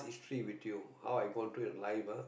history with you how I go through in life ah